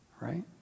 right